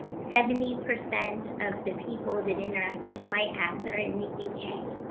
seventy percent of the people that interact with my ads are in the u k.